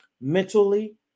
mentally